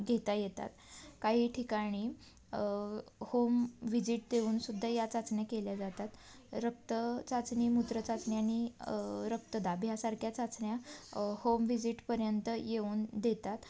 घेता येतात काही ठिकाणी होम व्हिजिट देऊनसुद्धा या चाचण्या केल्या जातात रक्तचाचणी मूत्रचाचणी आणि रक्तदाब ह्यासारख्या चाचण्या होम व्हिजिटपर्यंत येऊन देतात